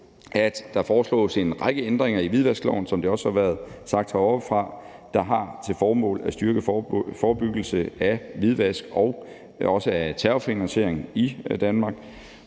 at der foreslås en række ændringer i hvidvaskloven, som der også har været sagt heroppefra, som har til formål at styrke forebyggelse af hvidvask og terrorfinansiering i Danmark.